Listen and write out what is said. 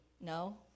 No